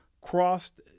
crossed